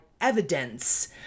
evidence